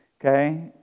okay